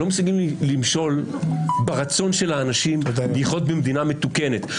אתם לא מסוגלים למשול ברצון של אנשים לחיות במדינה מתוקנת.